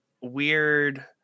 weird